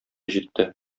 җитте